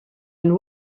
and